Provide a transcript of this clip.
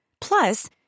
Plus